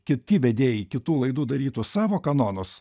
kiti vedėjai kitų laidų darytų savo kanonus